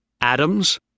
Adams